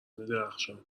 درخشان